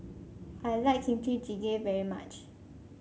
I like Kimchi Jjigae very much